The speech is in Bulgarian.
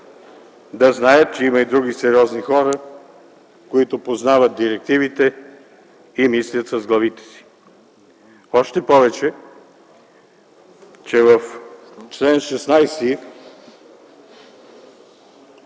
да знаят, че има и други сериозни хора, които познават директивите и мислят с главите си. Още повече, че в чл. 16